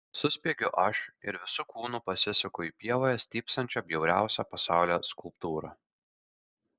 suspiegiu aš ir visu kūnu pasisuku į pievoje stypsančią bjauriausią pasaulyje skulptūrą